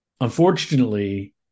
unfortunately